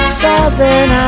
southern